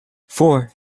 four